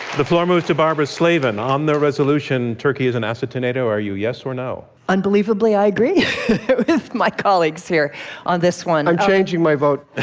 the floor moves to barbara slavin on the resolution turkey is an asset to nato. are you yes or no? unbelievably i agree with my colleagues here on this one. i'm changing my vote.